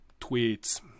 tweets